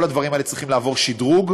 כל הדברים האלה צריכים לעבור שדרוג,